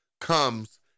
comes